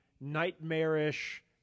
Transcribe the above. nightmarish